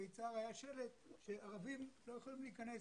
ביצהר היה שלט שערבים לא יכולים להיכנס,